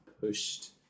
pushed